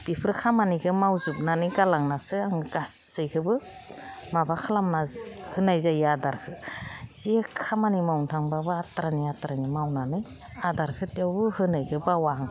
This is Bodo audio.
बेफोर खामानिखौ मावजोबनानै गालांनासो आं गासैखौबो माबा खालामना होनाय जायो आदारखौ जि खामानि मावनो थांबाबो आद्रानि आद्रानि मावनानै आदारखौ थेवबो होनायखौ बावा आं